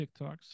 TikToks